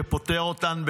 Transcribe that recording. שפוטר אותן,